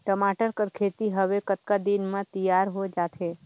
टमाटर कर खेती हवे कतका दिन म तियार हो जाथे?